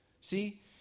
See